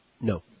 No